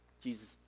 Jesus